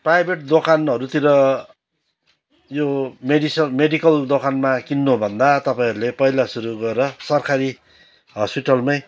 private दोकानहरूतिर यो medical medical दोकानमा किन्नुभन्दा तपाईँहरूले पहिला सुरु गएर सरकारी हस्पिटलमै